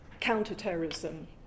counter-terrorism